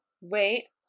Wait